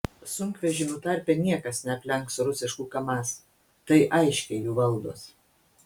sunkvežimių tarpe niekas neaplenks rusiškų kamaz tai aiškiai jų valdos